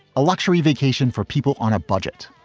a luxury vacation for people on a budget.